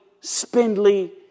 spindly